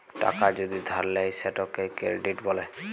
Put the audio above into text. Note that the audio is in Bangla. টাকা যদি ধার লেয় সেটকে কেরডিট ব্যলে